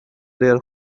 their